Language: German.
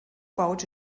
baute